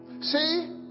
See